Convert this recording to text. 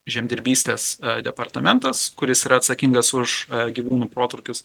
žemdirbystės departamentas kuris yra atsakingas už gyvūnų protrūkius